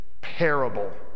parable